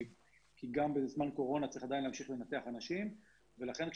גם בזמן קורונה צריך עדין להמשיך לנתח אנשים ולכן,